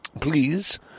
please